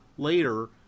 later